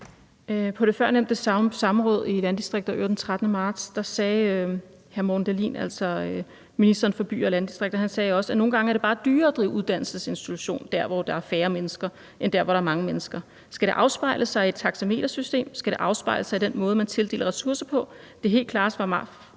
På det før nævnte samråd i Udvalget for Landdistrikter og Øer den 13. marts sagde ministeren for by og landdistrikter også, at det nogle gange bare er dyrere at drive uddannelsesinstitution der, hvor der er færre mennesker, end der, hvor der er mange mennesker. Skal det afspejle sig i taxametersystemet? Skal det afspejle sig i den måde, man tildeler ressourcer på? Det helt klare svar fra mig er: Ja, det